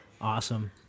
Awesome